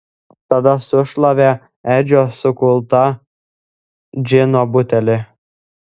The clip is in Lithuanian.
tada sušlavė edžio sukultą džino butelį